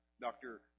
Dr